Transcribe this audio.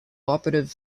operative